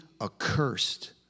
accursed